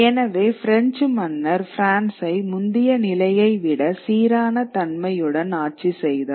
எனவே பிரெஞ்சு மன்னர் பிரான்ஸை முந்திய நிலையை விட சீரான தன்மையுடன் ஆட்சி செய்தார்